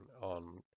on